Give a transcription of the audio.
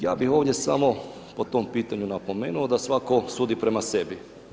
Ja bi ovdje samo po tom pitanju napomenuo da svatko sudi prema sebi.